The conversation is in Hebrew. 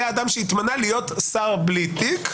היה אדם שהתמנה להיות שר בלי תיק,